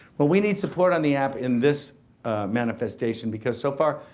well, we need support on the app in this manifestation because so far,